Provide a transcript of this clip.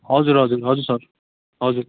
हजुर हजुर हजुर सर हजुर